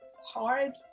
hard